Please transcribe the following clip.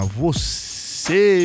você